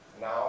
now